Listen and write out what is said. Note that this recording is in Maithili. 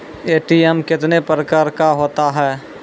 ए.टी.एम कितने प्रकार का होता हैं?